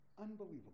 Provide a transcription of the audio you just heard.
unbelievable